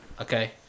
okay